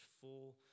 full